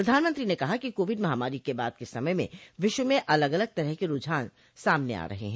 प्रधानमंत्री ने कहा कि कोविड महामारी के बाद के समय में विश्व में अलग अलग तरह के रूझान सामने आ रहे हैं